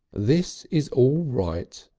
this is all right,